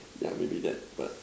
yeah maybe that but